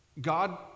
God